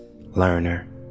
learner